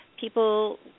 people